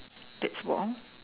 that's about all